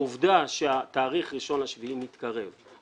העובדה שהתאריך 1 ביולי מתקרב,